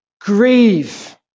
Grieve